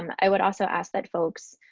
um i would also ask that folks